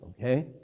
Okay